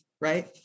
right